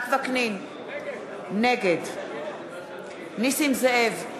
נגד נסים זאב,